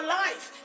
life